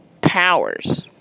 powers